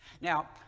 Now